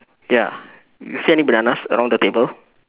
ya you see any bananas around the table